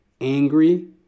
angry